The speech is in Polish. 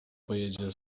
pojedzie